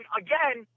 again